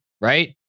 right